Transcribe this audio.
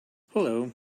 hello